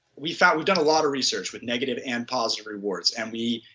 we found, we did a lot of research with negative and positive rewards and we,